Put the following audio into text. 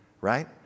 right